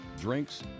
drinks